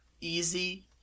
easy